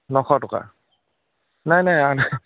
নশ টকা নাই নাই আঠ